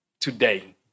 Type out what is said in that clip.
today